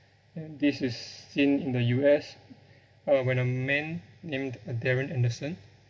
and this is seen in the U_S uh when a man named darren anderson